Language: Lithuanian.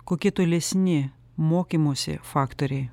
kokie tolesni mokymosi faktoriai